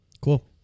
Cool